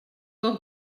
com